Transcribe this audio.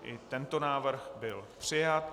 I tento návrh byl přijat.